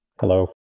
Hello